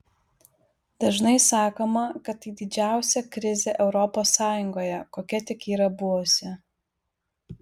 dažnai sakoma kad tai didžiausia krizė europos sąjungoje kokia tik yra buvusi